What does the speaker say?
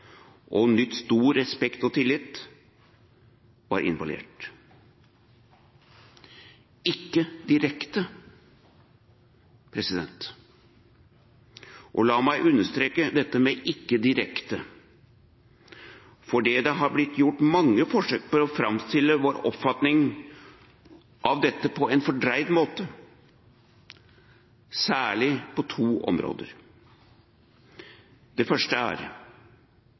og nytt stor respekt og tillit, var involvert – men ikke direkte. Og la meg understreke dette med «ikke direkte», for det har blitt gjort mange forsøk på å framstille vår oppfatning av dette på en fordreid måte, særlig på to områder. Det første er: